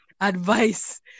advice